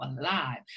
alive